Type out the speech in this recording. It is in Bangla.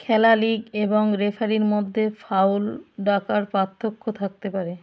খেলা লিগ এবং রেফারির মধ্যে ফাউল ডাকার পার্থক্য থাকতে পারে